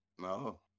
No